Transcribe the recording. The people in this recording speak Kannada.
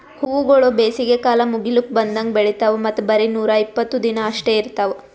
ಹೂವುಗೊಳ್ ಬೇಸಿಗೆ ಕಾಲ ಮುಗಿಲುಕ್ ಬಂದಂಗ್ ಬೆಳಿತಾವ್ ಮತ್ತ ಬರೇ ನೂರಾ ಇಪ್ಪತ್ತು ದಿನ ಅಷ್ಟೆ ಇರ್ತಾವ್